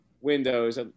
windows